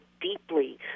deeply